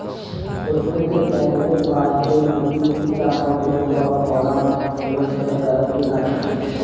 প্রত্যেকের ব্যাংকের পাসবইতে কি কি টাকা উঠলো বা ভরা হলো সেটা লেখা থাকে